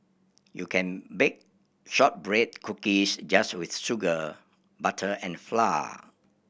you can bake shortbread cookies just with sugar butter and flour